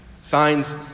Signs